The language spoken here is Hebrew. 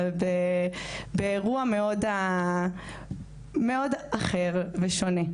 באירוע מאוד אחר ושונה.